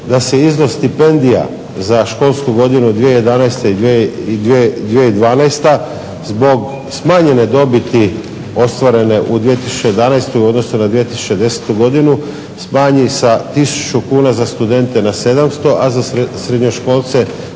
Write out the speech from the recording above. da se izvor stipendija za školsku godinu 2011./2012. zbog smanjene dobiti ostvarene u 2011. u odnosu na 2010. godinu smanji sa 1000 kuna za studente na 700, a za srednjoškolce